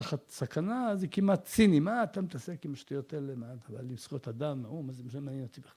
תחת סכנה זה כמעט ציני, מה אתה מתעסק עם השטויות האלה? מה אתה בא לי עם זכויות אדם, האו"ם מה זה משנה